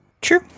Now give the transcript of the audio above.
True